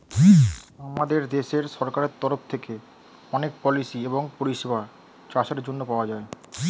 আমাদের দেশের সরকারের তরফ থেকে অনেক পলিসি এবং পরিষেবা চাষের জন্যে পাওয়া যায়